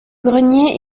grenier